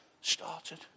started